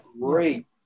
great